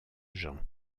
gens